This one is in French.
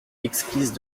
exquise